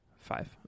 five